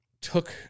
took